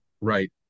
Right